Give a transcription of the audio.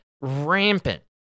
rampant